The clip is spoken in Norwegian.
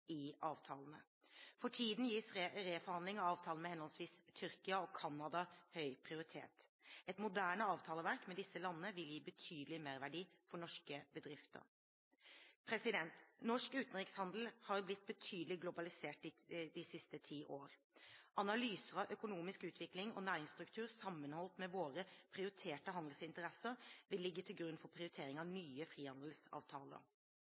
tiden gis reforhandling av avtalene med henholdsvis Tyrkia og Canada høy prioritet. Et moderne avtaleverk med disse landene vil gi betydelig merverdi for norske bedrifter. Norsk utenrikshandel har blitt betydelig globalisert de siste ti år. Analyser av økonomisk utvikling og næringsstruktur sammenholdt med våre prioriterte handelsinteresser vil ligge til grunn for prioritering av